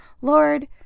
Lord